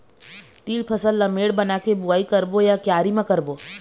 तील फसल ला मेड़ बना के बुआई करबो या क्यारी म करबो?